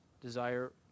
desire